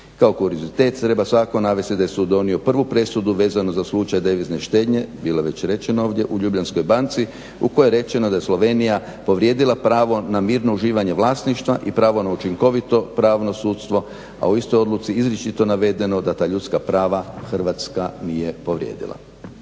Kao kuriozitet treba svakako navesti da je sud donio prvu presudu vezanu za slučaj devizne štednje, bilo je već rečeno ovdje, u Ljubljanskoj banci u kojoj je rečeno da je Slovenija povrijedila pravo na mirno uživanje vlasništva i pravo na učinkovito pravno sudstvo, a u istoj odluci izričito je navedeno da ta ljudska prava Hrvatska nije povrijedila.